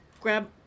Grab